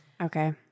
Okay